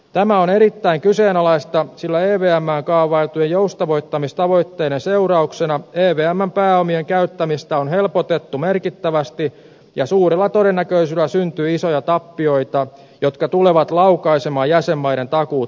tämä on erittäin kyseenalaista sillä evmään kaavailtujen joustavoittamistavoitteiden seurauksena evmn pääomien käyttämistä on helpotettu merkittävästi ja suurella todennäköisyydellä syntyy isoja tappioita jotka tulevat laukaisemaan jäsenmaiden takuut maksettaviksi